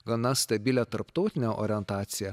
gana stabilią tarptautinę orientaciją